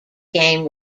game